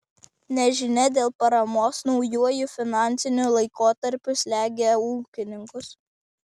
nežinia dėl paramos naujuoju finansiniu laikotarpiu slegia ūkininkus